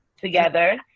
together